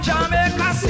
Jamaica